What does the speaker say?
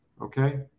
Okay